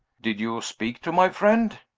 did you speak to my friend?